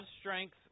strength